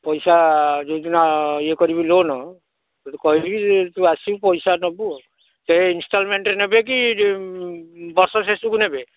ପଇସା ଯେଉଁ ଦିନ ଇଏ କରିବି ଲୋନ୍ ତୋତେ କହିବି ତୁ ଆସିବୁ ପଇସା ନେବୁ ଆଉ ସେ ଇଂସ୍ଟଲ୍ମେଣ୍ଟ୍ରେ ନେବେ କି ବର୍ଷ ଶେଷକୁ ନେବେ